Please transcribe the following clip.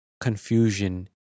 confusion